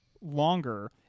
longer